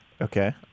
Okay